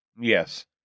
Yes